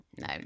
No